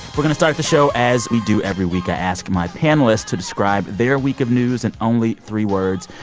we're going to start the show as we do every week. i ask my panelists to describe their week of news in only three words.